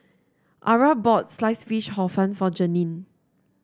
Arah bought Sliced Fish Hor Fun for Janene